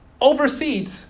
oversees